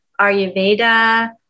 Ayurveda